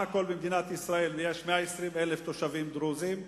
במדינת ישראל יש סך הכול 120,000 תושבים דרוזים,